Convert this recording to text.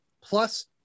plus